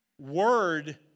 Word